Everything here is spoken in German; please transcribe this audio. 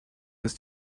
ist